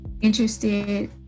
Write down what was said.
interested